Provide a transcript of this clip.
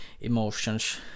emotions